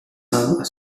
some